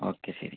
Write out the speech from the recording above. okay ശരി